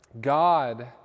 God